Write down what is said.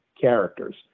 characters